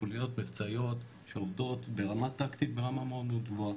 חוליות מבצעיות שעובדות ברמה טקטית ברמה מאוד מאוד גבוהה,